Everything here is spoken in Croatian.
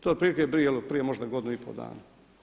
To je otprilike bilo prije možda godinu i pol dana.